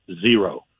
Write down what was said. Zero